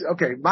Okay